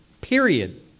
period